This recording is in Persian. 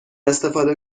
استفاده